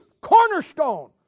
cornerstone